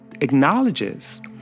acknowledges